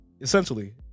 essentially